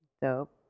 Dope